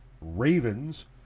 Ravens